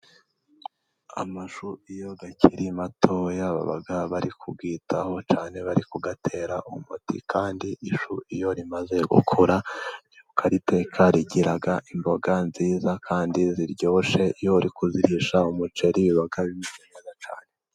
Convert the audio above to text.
Amashu iyo akiri mato baba bari kuyitaho cyane, bari kuyatera umuti, kandi ishu iyo rimaze gukura bakariteka rigira imboga nziza kandi ziryoshye iyo uri kuzirisha umuceri biba aribyiza cyane.